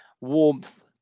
warmth